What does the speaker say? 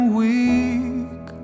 weak